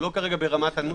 אנחנו לא ברמת הנוסח.